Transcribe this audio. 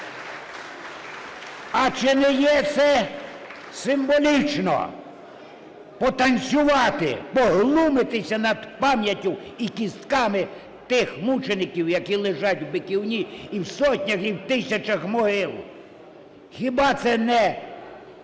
А чи не є це символічно - потанцювати, поглумитися над пам'яттю і кістками тих мучеників, які лежать в Биківні і в сотнях, і в тисячах могил? Хіба це не